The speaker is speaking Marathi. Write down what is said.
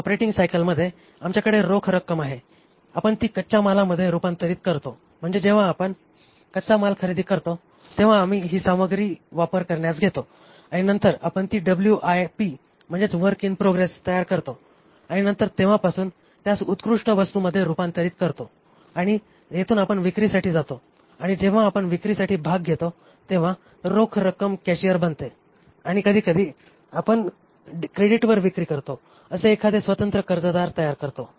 या ऑपरेटिंग सायकलमध्ये आमच्याकडे रोख रक्कम आहे आपण ती कच्च्या मालामध्ये रुपांतरित करतो म्हणजे जेव्हा आपण कच्चा माल खरेदी करतो तेव्हा आम्ही ही सामग्री वापर करण्यास घेतो आणि नंतर आपण डब्ल्यूआयपी वर्क इन प्रोग्रेस तयार करतो आणि नंतर तेव्हापासून त्यास उत्कृष्ट वस्तूंमध्ये रूपांतरित करतो आणि येथून आपण विक्रीसाठी जातो आणि जेव्हा आपण विक्रीमध्ये भाग घेतो तेव्हा रोख रक्कम कॅशियर बनते आणि कधीकधी आपण क्रेडिटवर विक्री करतो असे एखादे स्वतंत्र कर्जदार तयार करतो